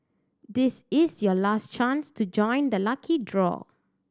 this is your last chance to join the lucky draw